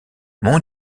mon